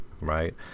right